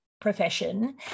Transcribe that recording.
profession